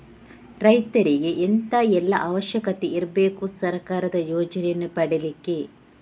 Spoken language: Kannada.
ರೈತರಿಗೆ ಎಂತ ಎಲ್ಲಾ ಅವಶ್ಯಕತೆ ಇರ್ಬೇಕು ಸರ್ಕಾರದ ಯೋಜನೆಯನ್ನು ಪಡೆಲಿಕ್ಕೆ?